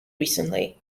recently